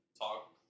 talk